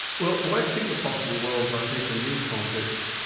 well, the way to think of possible worlds, i think, in these contexts,